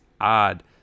odd